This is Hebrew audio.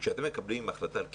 כשאתם מקבלים החלטה על קיצוצים,